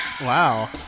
Wow